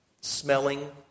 smelling